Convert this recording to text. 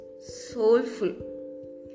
soulful